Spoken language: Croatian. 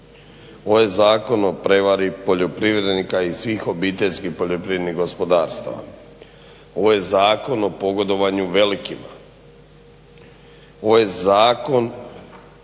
to je zakon o prevari svih obiteljskih poljoprivrednih gospodarstava, zakon o pogodovanju velikima, zakon